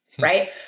right